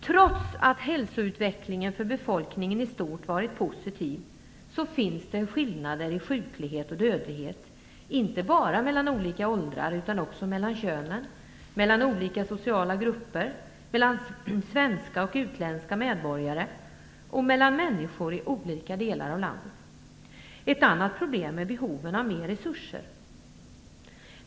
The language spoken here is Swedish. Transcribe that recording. Trots att hälsoutvecklingen för befolkningen i stort varit positiv finns det skillnader i sjuklighet och dödlighet, inte bara mellan olika åldrar utan också mellan könen, mellan olika sociala grupper, mellan svenska och utländska medborgare och mellan människor i olika delar av landet. Ett annat problem är behoven av mer resurser.